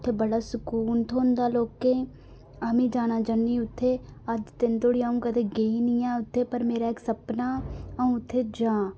उत्थै बड़ा सकून थ्होंदा लोकें गी आम्मी जाना चाहन्नीं उत्थै अज्ज दिन धोडी में कदें उत्थै गेई नेईं आं उत्थै पर मेरा इक सपना अ'ऊं उत्थै जां